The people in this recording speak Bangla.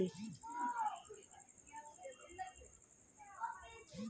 বিভিন্ন প্রজাতির ভারতীয় গবাদি পশু পাওয়া যায় যেমন গিরি, লাল সিন্ধি ইত্যাদি